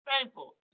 thankful